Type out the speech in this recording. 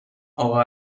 اقا